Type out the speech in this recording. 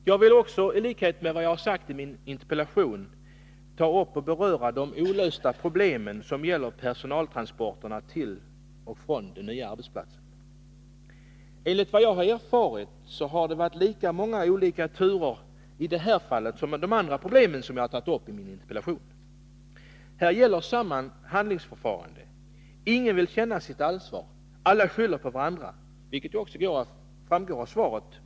Jag vill också — i likhet med vad jag sagt i min interpellation — ta upp de ännu olösta problem som gäller personaltransporterna till och från den nya arbetsplatsen. Enligt vad jag erfarit har här förekommit lika många turer som när det gäller de övriga problem som jag tagit upp i min interpellation. Här gäller samma handlingsförfarande: Ingen vill ta ansvar. Alla skyller på varandra. Det framgår också av svaret.